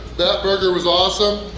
that burger was awesome!